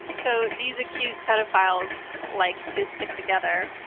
so these accused pedophiles like to stick together.